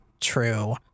true